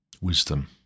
wisdom